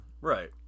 Right